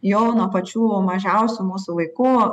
jau nuo pačių mažiausių mūsų vaikų